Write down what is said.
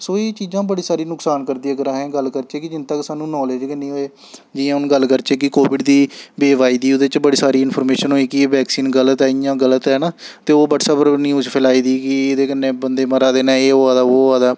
सो एह् चीजां बड़ियां सारियां नुकसान करदियां अगर अस गल्ल करचै कि जिन्न तक्क सानूं नालेज गै निं होए जि'यां हून गल्ल करचै कि कोविड दी वेव आई दी ओह्दे च बड़ी सारी इंफर्मेशन होई कि एह् बैक्सीन गल्त ऐ इ'यां गल्त ऐ है ना ते ओह् ब्हटसैप उप्पर न्यूज फैलाई दी ही कि एह्दे कन्नै बंदे मरा दे न एह् होआ दा बो होआ दा ऐ